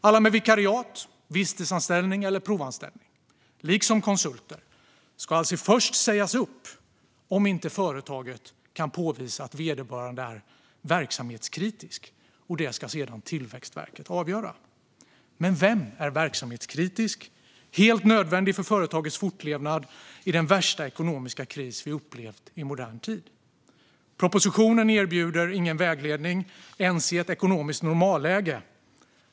Alla med vikariat, visstidsanställning eller provanställning liksom konsulter ska alltså först sägas upp om inte företaget kan påvisa att vederbörande är verksamhetskritisk. Det ska sedan Tillväxtverket avgöra. Men vem är verksamhetskritisk, helt nödvändig för företagets fortlevnad, i den värsta ekonomiska kris vi upplevt i modern tid? Propositionen erbjuder ingen vägledning ens i ett ekonomiskt normalläge.